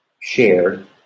shared